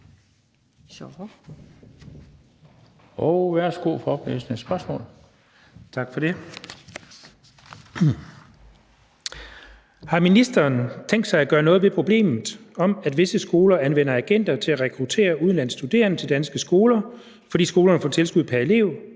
Har ministeren tænkt sig at gøre noget ved problemet om, at visse skoler anvender agenter til at rekruttere udenlandske studerende til danske skoler, fordi skolerne får tilskud pr. elev,